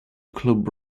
club